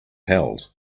held